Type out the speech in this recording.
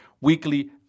weekly